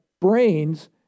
brains